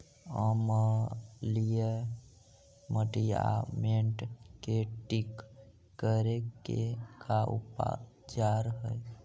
अमलिय मटियामेट के ठिक करे के का उपचार है?